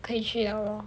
可以去了